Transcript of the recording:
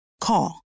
Call